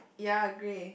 ya grey